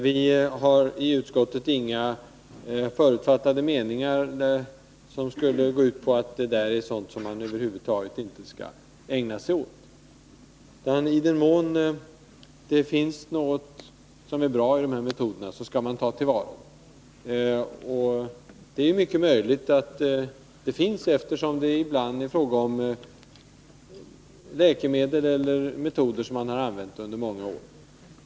I utskottet har vi inga förutfattade meningar om att det här skulle vara sådant som man över huvud taget inte skall ägna sig åt. I den mån det finns någonting i de här metoderna som är bra skall det tas till vara. Det är mycket möjligt att det finns, eftersom det ibland är fråga om läkemedel eller metoder som man har använt under många år.